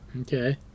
Okay